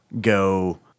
go